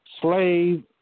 slave